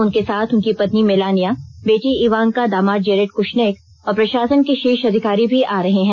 उनके साथ उनकी पत्नी मेलानिया बेटी इवांका दामाद जेरेड कृश्नेक और प्रशासन के शीर्ष अधिकारी भी आ रहे हैं